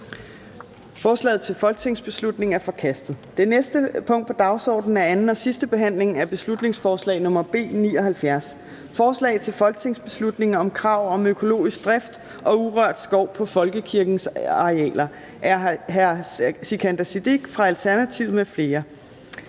Forslaget til folketingsbeslutning er forkastet. --- Det næste punkt på dagsordenen er: 12) 2. (sidste) behandling af beslutningsforslag nr. B 79: Forslag til folketingsbeslutning om krav om økologisk drift og urørt skov på folkekirkens arealer. Af Sikandar Siddique (ALT) m.fl.